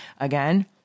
Again